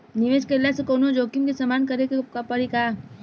निवेश कईला से कौनो जोखिम के सामना करे क परि का?